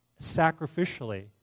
sacrificially